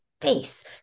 face